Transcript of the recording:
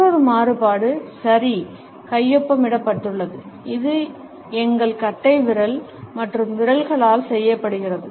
மற்றொரு மாறுபாடு சரி கையொப்பமிடப்பட்டுள்ளது இது எங்கள் கட்டைவிரல் மற்றும் விரல்களால் செய்யப்படுகிறது